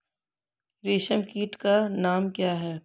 रेशम कीट का नाम क्या है?